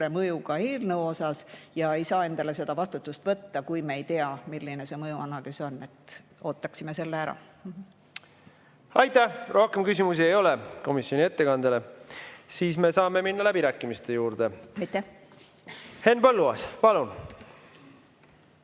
mõjuga eelnõu kohta. Aga me ei saa endale seda vastutust võtta, kui me ei tea, milline see mõjuanalüüs on. Ootaksime selle ära. Aitäh! Rohkem küsimusi ei ole komisjoni ettekandjale. Siis me saame minna läbirääkimiste juurde. Aitäh! Aitäh! Henn Põlluaas, palun!